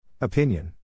Opinion